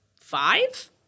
five